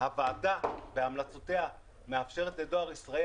הוועדה בהמלצותיה מאפשרת לדואר ישראל